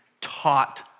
taught